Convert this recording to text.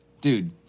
Dude